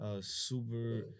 super